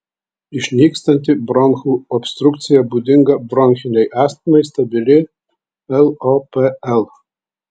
išnykstanti bronchų obstrukcija būdinga bronchinei astmai stabili lopl